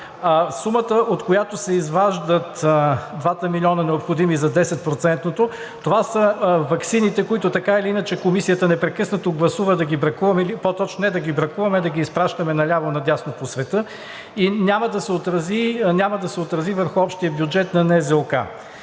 Сумата, от която се изваждат 2 милиона, необходими за 10-процентното увеличение, са ваксините, които така или иначе Комисията непрекъснато гласува да ги бракуваме или по-точно не да ги бракуваме, а да ги изпращаме наляво-надясно по света и няма да се отрази върху общия бюджет на НЗОК.